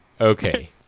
Okay